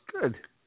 Good